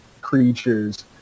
creatures